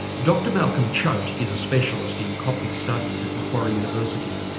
dr malcolm choat, is a specialist in coptic studies at macquarie university.